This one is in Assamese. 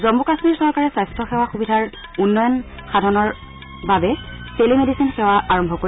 জন্মু কাম্মীৰ চৰকাৰে স্বাস্থ্য সেৱা সুবিধাৰ উন্নয়ন সাধনৰ অৰ্থে টেলিমেডিচিন সেৱা আৰম্ভ কৰিব